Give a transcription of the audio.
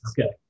Okay